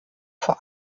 vor